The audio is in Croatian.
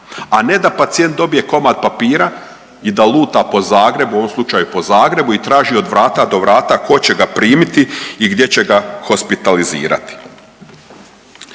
a ne da pacijent dobije komad papira i da luta po Zagrebu, u ovom slučaju po Zagrebu i traži od vrata do vrata tko će ga primiti i gdje će ga hospitalizirati.